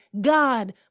God